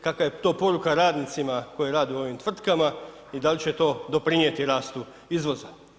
Kakva je to poruka radnicima koji rade u ovim tvrtkama i dali će to doprinijeti rastu izvoza?